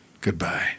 Goodbye